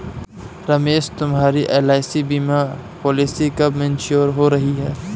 रमेश तुम्हारी एल.आई.सी बीमा पॉलिसी कब मैच्योर हो रही है?